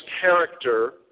character